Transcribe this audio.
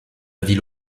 ville